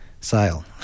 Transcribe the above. Sale